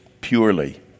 purely